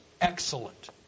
excellent